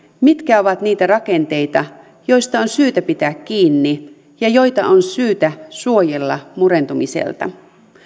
mitkä ovat niitä rakenteita joista on syytä pitää kiinni ja joita on syytä suojella murentumiselta